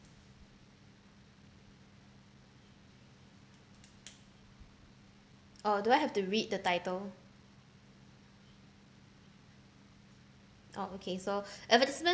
oh do I have to read the title uh okay so